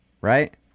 right